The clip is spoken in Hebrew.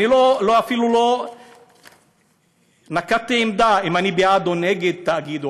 אני אפילו לא נקטתי עמדה אם אני בעד או נגד התאגיד,